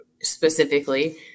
specifically